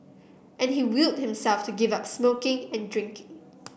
and he willed himself to give up smoking and drinking